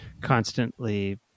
constantly